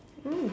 mm